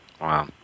Wow